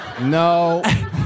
No